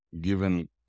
given